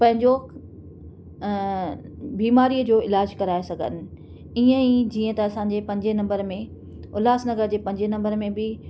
पंहिंजो अ बीमारीअ जो इलाज कराए सघनि इअंई जीअं त असांजे पंजे नम्बर में उल्हास नगर जे पंजे नम्बर में बि